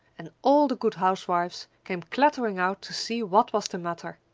and all the good housewives came clattering out to see what was the matter.